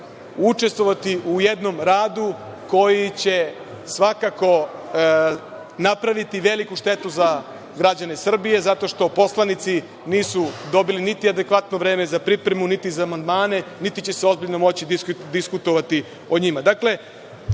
učestvovati u jednom radu koji će svakako napraviti veliku štetu za građane Srbije, zato što poslanici nisu dobili niti adekvatno vreme za pripremu, niti za amandmane, niti će se ozbiljno moći diskutovati o njima. Dakle,